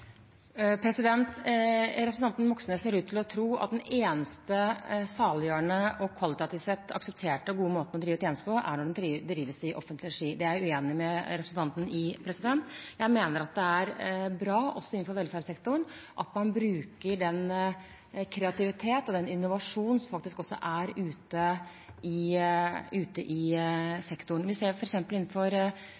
Representanten Moxnes ser ut til å tro at den eneste saliggjørende og kvalitativt sett aksepterte og gode måten å drive en tjeneste på, er at den drives i offentlig regi. Det er jeg uenig med representanten i. Jeg mener at det også innenfor velferdssektoren er bra at man bruker den kreativitet og den innovasjon som er i sektoren. Innenfor eldreomsorgen ser vi – og det kjenner også